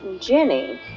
Jenny